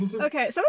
Okay